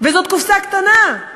וזאת קופסה קטנה.